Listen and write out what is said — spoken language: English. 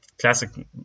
classic